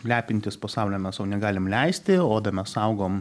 lepintis po saule mes sau negalim leisti odą mes saugom